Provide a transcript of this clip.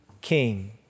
king